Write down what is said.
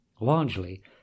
Largely